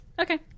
Okay